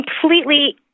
completely